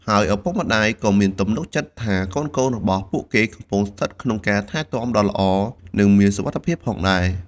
ហើយឪពុកម្តាយក៏មានទំនុកចិត្តថាកូនៗរបស់ពួកគេកំពុងស្ថិតក្នុងការថែទាំដ៏ល្អ និងមានសុវត្ថិភាពផងដែរ។